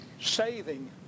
saving